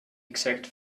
exact